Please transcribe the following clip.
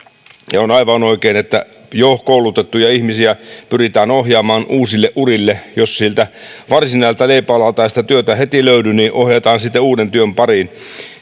ja on aivan oikein että jo koulutettuja ihmisiä pyritään ohjaamaan uusille urille jos siltä varsinaiselta leipäalalta ei työtä heti löydy niin ohjataan sitten uuden työn pariin